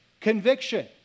conviction